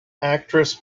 actress